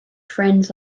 friends